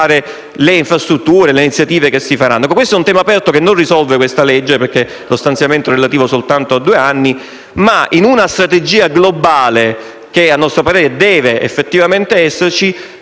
grazie a tutta